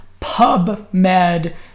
PubMed